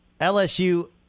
LSU